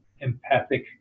empathic